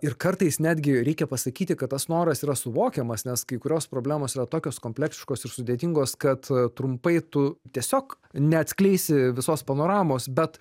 ir kartais netgi reikia pasakyti kad tas noras yra suvokiamas nes kai kurios problemos yra tokios kompleksiškos ir sudėtingos kad trumpai tu tiesiog neatskleisi visos panoramos bet